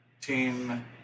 team